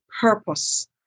purpose